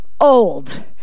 old